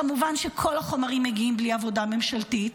כמובן שכל החומרים מגיעים בלי עבודה ממשלתית.